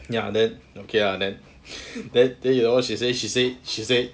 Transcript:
ya then okay lah then then then you know she say she say she said